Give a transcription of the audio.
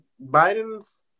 Biden's